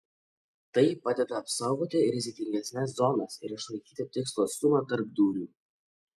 tai padeda apsaugoti rizikingesnes zonas ir išlaikyti tikslų atstumą tarp dūrių